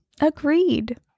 Agreed